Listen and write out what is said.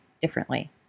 differently